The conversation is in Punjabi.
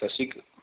ਸਤਿ ਸ਼੍ਰੀ ਅਕਾਲ